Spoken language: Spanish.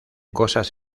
cosas